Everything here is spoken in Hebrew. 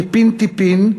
טיפין-טיפין.